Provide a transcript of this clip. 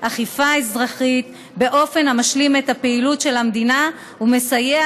אכיפה אזרחית באופן המשלים את הפעילות של המדינה ומסייע